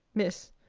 miss,